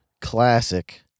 classic